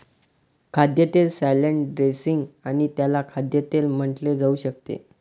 खाद्यतेल salad dressing आणि त्याला खाद्यतेल म्हटले जाऊ शकते